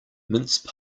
mince